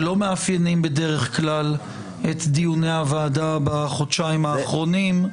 שלא מאפיינים בדרך כלל את דיוני הוועדה בחודשיים האחרונים,